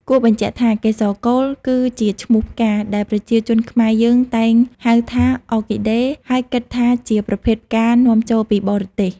គួរបញ្ជាក់ថា កេសរកូលគឺជាឈ្នោះផ្កា ដែលប្រជាជនខ្មែរយើងតែងហៅថា អ័រគីដេ ហើយគិតថាជាប្រភេទផ្កានាំចូលពីបរទេស។